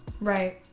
right